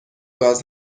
گاز